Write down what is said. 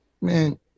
man